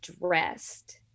dressed